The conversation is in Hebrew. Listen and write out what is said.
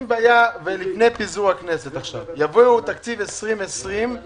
אם לפני פיזור הכנסת יביאו את תקציב 2020 על